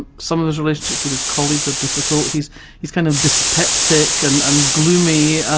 some of his relationships with his colleagues are difficult. he's he's kind of dyspeptic and and gloomy,